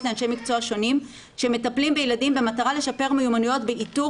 לאנשי מקצוע שונים שמטפלים בילדים במטרה לשפר מיומנויות באיתור